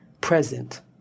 present